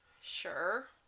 Sure